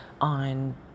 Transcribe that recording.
on